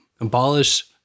Abolish